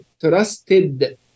trusted